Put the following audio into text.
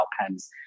outcomes